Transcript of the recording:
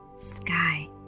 Sky